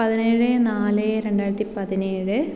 പതിനേഴ് നാല് രണ്ടായിരത്തി പതിനേഴ്